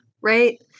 right